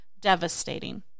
devastating